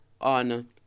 on